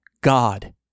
God